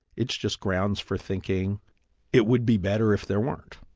it's just grounds for thinking it would be better if there weren't.